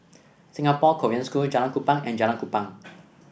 Singapore Korean School Jalan Kupang and Jalan Kupang